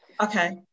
okay